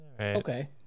Okay